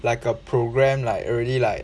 like a program like already like